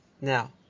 Now